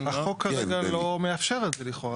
החוק כרגע לא מאפשר את זה לכאורה,